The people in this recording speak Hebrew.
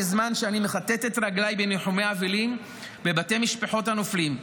בזמן שאני מכתת את רגליי בניחומי אבלים בבתי משפחות הנופלים,